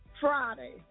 Friday